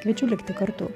kviečiu likti kartu